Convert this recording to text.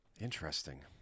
Interesting